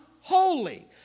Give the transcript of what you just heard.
holy